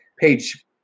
page